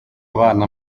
bana